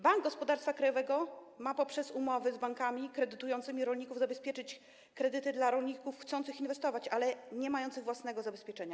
Bank Gospodarstwa Krajowego ma poprzez umowy z bankami kredytującymi rolników zabezpieczyć kredyty dla rolników chcących inwestować, ale niemających własnego zabezpieczenia.